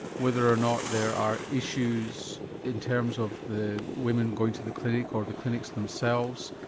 whether or not there are issues in terms of the women going to the clinic, or the clinics themselves,